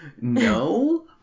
No